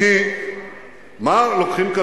כי מה לוקחים כאן?